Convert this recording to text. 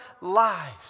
lives